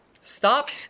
Stop